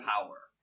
power